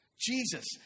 Jesus